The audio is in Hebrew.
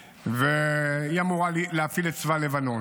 והיא אמורה להפעיל את צבא לבנון.